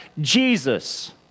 Jesus